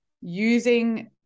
using